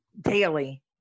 daily